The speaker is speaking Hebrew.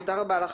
תודה לך,